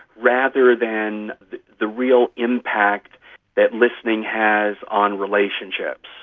rather than the real impact that listening has on relationships.